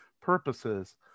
purposes